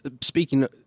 speaking